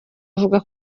avuga